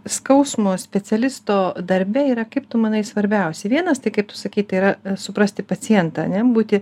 skausmo specialisto darbe yra kaip tu manai svarbiausia vienas tai kaip tu sakei tai yra suprasti pacientą ane būti